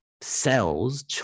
cells